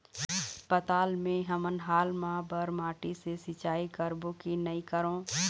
पताल मे हमन हाल मा बर माटी से सिचाई करबो की नई करों?